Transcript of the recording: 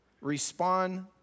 respond